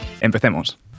empecemos